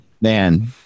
Man